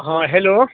हँ हेलो